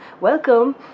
Welcome